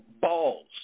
balls